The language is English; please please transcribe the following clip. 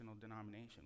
denomination